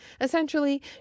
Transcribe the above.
Essentially